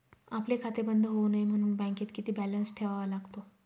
आपले खाते बंद होऊ नये म्हणून बँकेत किती बॅलन्स ठेवावा लागतो?